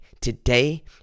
today